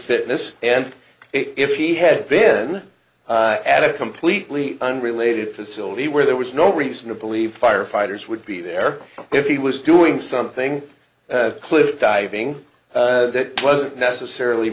fitness and if he had been at a completely unrelated facility where there was no reason to believe firefighters would be there if he was doing something cliff diving that wasn't necessarily